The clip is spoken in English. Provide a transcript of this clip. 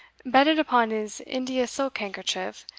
bedded upon his india silk handkerchief,